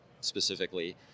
specifically